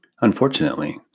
Unfortunately